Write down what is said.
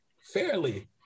fairly